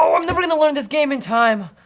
um i'm never gonna learn this game in time!